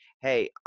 Hey